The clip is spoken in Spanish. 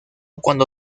cuando